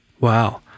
wow